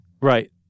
Right